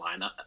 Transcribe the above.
lineup